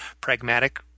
pragmatic